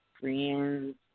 friends